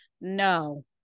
No